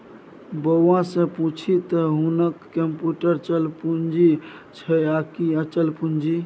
बौआ सँ पुछू त हुनक कम्युटर चल पूंजी छै आकि अचल पूंजी